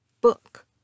book